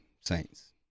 Saints